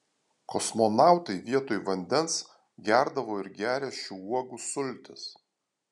kosmonautai vietoj vandens gerdavo ir geria šių uogų sultis